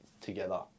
together